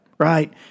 right